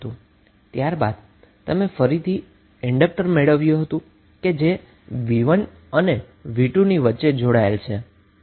અને ત્યારબાદ તમારી પાસે બીજુ ઈન્ડક્ટર છે જે તમને v1 અને v3 ની વચ્ચે જોડાયેલ છે